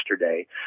yesterday